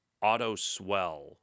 Auto-swell